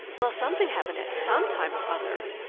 well, something happened at some time or other!